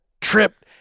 tripped